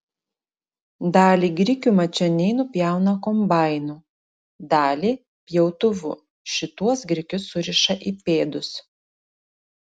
dalį grikių mačioniai nupjauna kombainu dalį pjautuvu šituos grikius suriša į pėdus